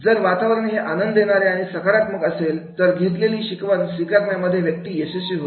जर वातावरण हे आनंद देणारे आणि सकारात्मक असेल तर घेतलेली शिकवण स्वीकारण्या मध्ये व्यक्ती यशस्वी होते